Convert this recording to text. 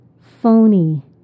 phony